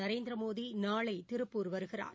நரேந்திரமோடி நாளை திருப்பூர் வருகிறார்